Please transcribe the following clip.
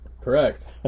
Correct